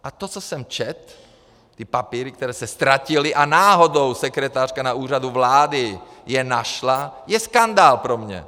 A to, co jsem četl, ty papíry, které se ztratily, a náhodou sekretářka na Úřadu vlády je našla, je skandál pro mě!